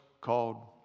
called